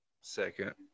second